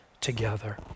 together